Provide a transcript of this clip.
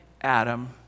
Adam